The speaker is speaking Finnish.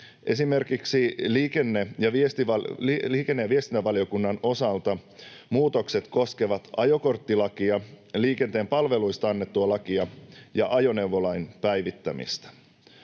Esimerkiksi liikenne- ja viestintävaliokunnan osalta muutokset koskevat ajokorttilakia, liikenteen palveluista annettua lakia ja ajoneuvolain päivittämistä.